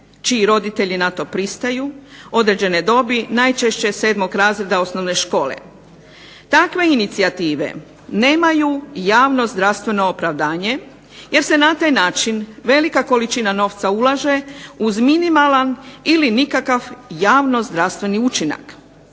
čiji roditelji na to pristaju, određene dobi, najčešće 7 razreda osnovne škole. Takve inicijative nemaju javno zdravstveno opravdanje jer se na taj način velika količina novca ulaže uz minimalan ili nikakav javno-zdravstveni učinak.